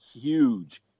huge